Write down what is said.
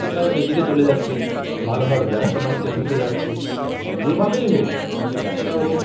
তো তারা সেই দিগে চলে যাচ্ছে ভালো ভালো ব্যবসা বাণিজ্যে ঢুকে যাচ্ছে তো যেভাবেই হোক আমাকে ব্যবসা হোক